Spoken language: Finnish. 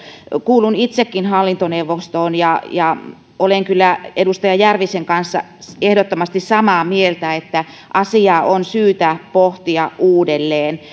kuulun itsekin hallintoneuvostoon ja ja olen kyllä edustaja järvisen kanssa ehdottomasti samaa mieltä siitä että asiaa on syytä pohtia uudelleen